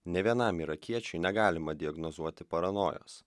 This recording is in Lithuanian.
nė vienam irakiečiui negalima diagnozuoti paranojos